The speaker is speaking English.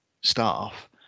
staff